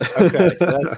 Okay